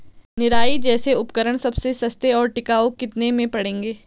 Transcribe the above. निराई जैसे उपकरण सबसे सस्ते और टिकाऊ कितने के पड़ेंगे?